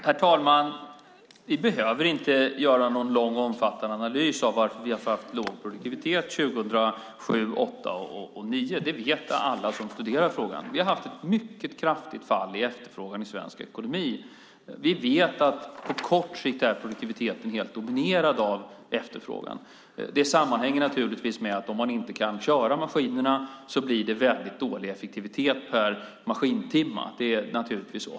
Herr talman! Vi behöver inte göra någon lång och omfattande analys av varför vi har haft låg produktivitet 2007, 2008 och 2009. Det vet alla som studerar frågan. Vi har haft ett mycket kraftigt fall i efterfrågan i svensk ekonomi. Vi vet att produktiviteten på kort sikt är helt dominerad av efterfrågan. Det sammanhänger naturligtvis med att om man inte kan köra maskinerna blir det väldigt dålig effektivitet per maskintimme. Det är naturligtvis så.